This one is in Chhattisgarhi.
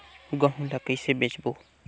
गहूं ला कइसे बेचबो?